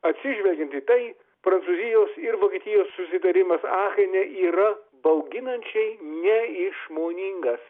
atsižvelgiant į tai prancūzijos ir vokietijos susitarimas achene yra bauginančiai neišmoningas